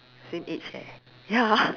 same age eh ya lah